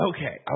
Okay